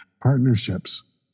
partnerships